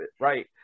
right